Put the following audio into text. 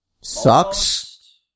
Sucks